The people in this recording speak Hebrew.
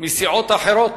מסיעות אחרות,